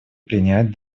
принять